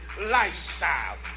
lifestyle